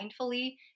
mindfully